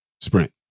Sprint